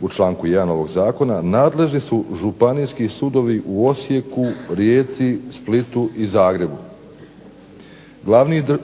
u članku 1. ovog zakona, nadležni su županijski sudovi u Osijeku, Rijeci, Splitu i Zagrebu.